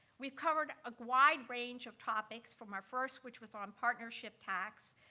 we've covered a wide range of topics from our first, which was on partnership tax,